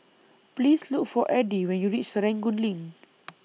Please Look For Eddy when YOU REACH Serangoon LINK